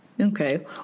okay